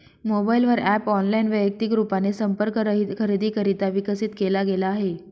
mobile वर app online, वैयक्तिक रूपाने संपर्क रहित खरेदीकरिता विकसित केला गेला आहे